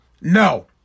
no